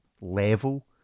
level